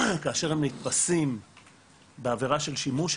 כאשר הם נתפסים בעבירה של שימוש,